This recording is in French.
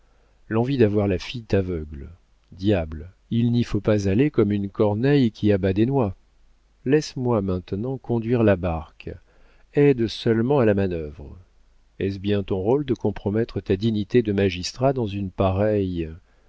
l'envie d'avoir la fille t'aveugle diable il n'y faut pas aller comme une corneille qui abat des noix laisse-moi maintenant conduire la barque aide seulement à la manœuvre est-ce bien ton rôle de compromettre ta dignité de magistrat dans une pareille